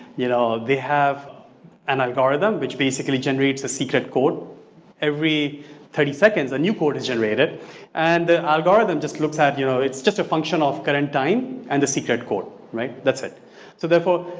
you know, they have an algorithm which basically generates a secret code every thirty seconds a new code is generated and the algorithm just looks like, you know, it's just a function of current time and the secret code right? that's it therefore,